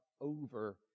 over